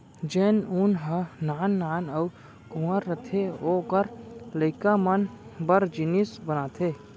जेन ऊन ह नान नान अउ कुंवर रथे ओकर लइका मन बर जिनिस बनाथे